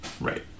Right